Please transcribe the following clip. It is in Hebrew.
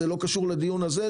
זה לא קשור לדיון הזה,